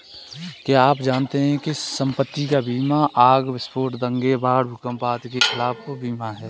क्या आप जानते है संपत्ति का बीमा आग, विस्फोट, दंगे, बाढ़, भूकंप आदि के खिलाफ बीमा है?